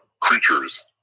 creatures